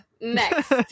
Next